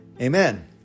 Amen